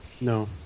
No